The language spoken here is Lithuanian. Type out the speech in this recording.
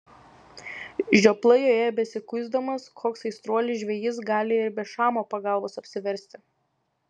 žioplai joje besikuisdamas koks aistruolis žvejys gali ir be šamo pagalbos apsiversti